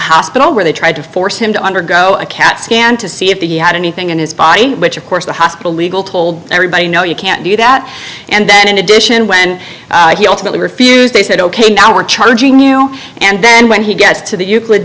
hospital where they tried to force him to undergo a cat scan to see if he had anything in his body which of course the hospital legal told everybody no you can't do that and then in addition when he ultimately refused they said ok now we're charging you and then when he gets to the euclid